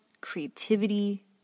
creativity